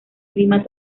clima